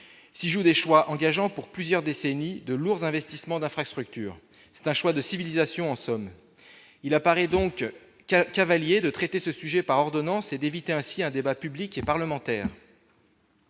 s'ils jouent des choix engageant pour plusieurs décennies de lourds investissements d'infrastructures, c'est un choix de civilisation, en somme, il apparaît donc 4 cavaliers de traiter ce sujet par ordonnance et d'éviter ainsi un débat public et parlementaire.